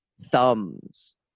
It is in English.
Thumbs